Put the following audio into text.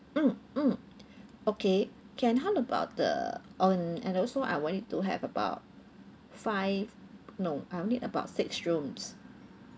mm mm okay can how about the on and also I wanted to have about five no I only about six rooms